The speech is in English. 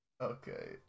Okay